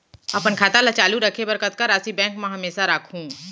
अपन खाता ल चालू रखे बर कतका राशि बैंक म हमेशा राखहूँ?